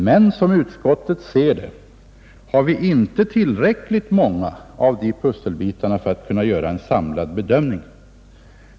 Men som utskottet ser det har vi inte tillräckligt många av de pusselbitarna för att kunna göra en samlad bedömning.